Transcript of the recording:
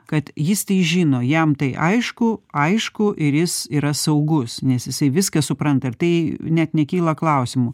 kad jis tai žino jam tai aišku aišku ir jis yra saugus nes jisai viską supranta ir tai net nekyla klausimų